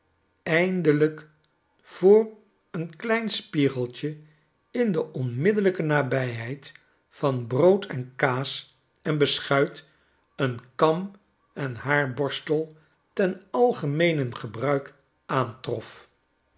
eindelijk voor een klein spiegeltje in de onmiddellijke nabijheid van brood en kaas en beschuit eenkam enhaarborstelten algemeenen gebruike aantrof